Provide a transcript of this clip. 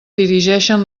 dirigeixen